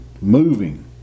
moving